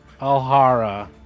Alhara